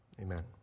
amen